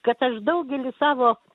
kad aš daugelį savo